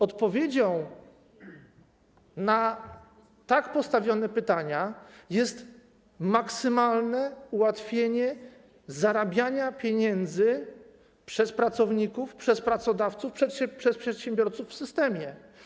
Odpowiedzią na tak postawione pytania jest maksymalne ułatwienie zarabiania pieniędzy przez pracowników, przez pracodawców, przez przedsiębiorców w systemie.